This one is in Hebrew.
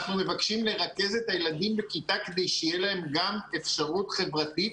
אנחנו מבקשים לרכז את הילדים בכיתה כדי שתהיה להם גם אפשרות חברתית,